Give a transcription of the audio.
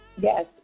Yes